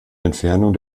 entfernung